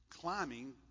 climbing